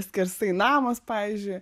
skersai namas pavyzdžiui